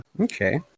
Okay